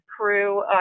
crew